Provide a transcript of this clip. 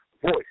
Voice